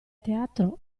teatro